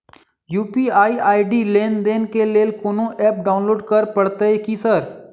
UPI ID लेनदेन केँ लेल कोनो ऐप डाउनलोड करऽ पड़तय की सर?